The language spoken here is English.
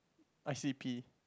I_C_P